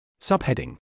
Subheading